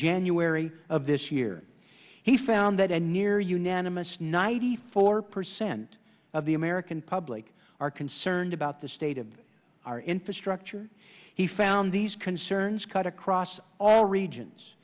january of this year he found that a near unanimous ninety four percent of the american public are concerned about the state of our infrastructure he found these concerns cut across all regions